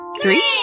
three